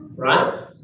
Right